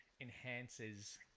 enhances